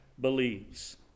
believes